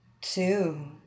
Two